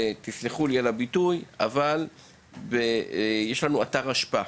תסלחו לי על הביטוי, לאתר האשפה